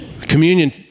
Communion